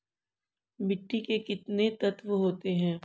मिट्टी में कितने तत्व होते हैं?